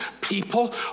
people